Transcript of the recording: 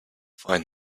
find